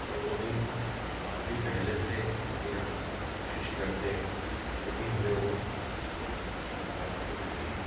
और वह भी काफ़ी पहले से यदि हम कोशिश करते तभी हमें वह प्राप्त होती थी